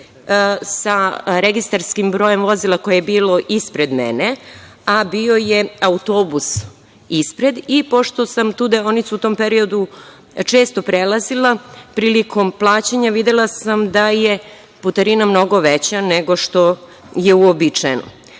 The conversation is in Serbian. sa registarskim brojem vozila koje je bilo ispred mene, a bio je autobus ispred i pošto sam tu deonicu u tom periodu često prelazila, prilikom plaćanja videla sam da je putarina mnogo veća nego što je uobičajeno.